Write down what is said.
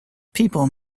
people